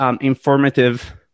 informative